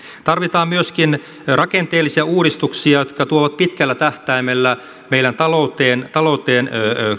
tarvitaan myöskin rakenteellisia uudistuksia jotka tuovat pitkällä tähtäimellä meidän talouteen